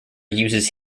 uses